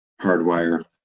hardwire